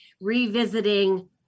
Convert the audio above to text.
revisiting